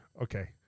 okay